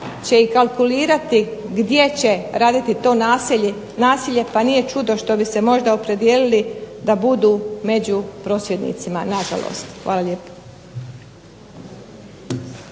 će i kalkulirati gdje će raditi to nasilje, pa nije čudo da bi se možda opredijelili da budu među prosvjednicima. Nažalost. Hvala lijepa.